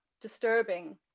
disturbing